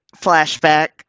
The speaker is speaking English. Flashback